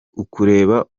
ukureba